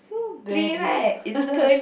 so bad you